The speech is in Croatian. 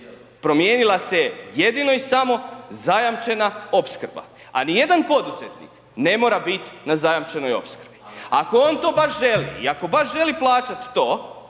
promijenila se jedino i samo zajamčena opskrba a nijedan poduzetnik ne mora bit na zajamčenoj opskrbi. Ako on to baš želi i ako baš želi plaćat to,